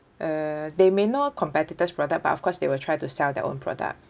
uh they may know competitors product but of course they will try to sell their own product